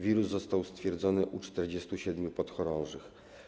Wirus został stwierdzony u 47 podchorążych.